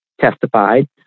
testified